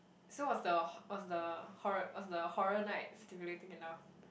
so was the h~ was the horr~ was the horror night stimulating enough